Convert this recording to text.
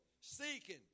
seeking